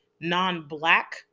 non-black